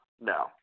No